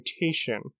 mutation